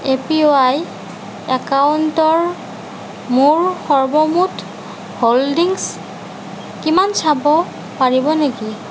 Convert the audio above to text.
এ P Y একাউণ্টটোৰ মোৰ সৰ্বমুঠ হোল্ডিংছ কিমান চাব পাৰিব নেকি